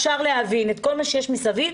אפשר להבין את כל מה שיש מסביב,